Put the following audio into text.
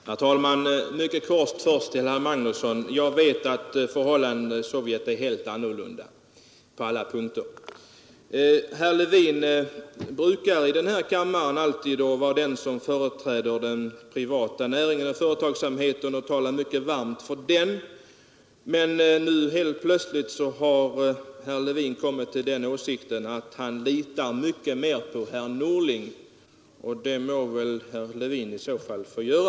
Herr talman! Först vill jag mycket kort säga till herr Magnusson i Kristinehamn, att jag vet att förhållandena i Sovjet är helt annorlunda på alla punkter. Herr Levin brukar i denna kammare alltid vara den som företräder den privata företagsamheten och talar mycket varmt för den. Men nu helt plötsligt har herr Levin kommit till den uppfattningen att han litar mycket mera på herr Norling. Det må herr Levin i så fall få göra.